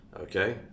okay